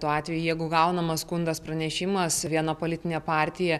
tuo atveju jeigu gaunamas skundas pranešimas viena politinė partija